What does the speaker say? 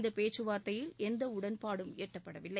இந்த பேச்சுவார்த்தையில் எந்த உடன்பாடும் எட்டப்படவில்லை